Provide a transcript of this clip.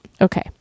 Okay